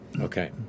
Okay